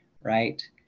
right